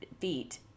feet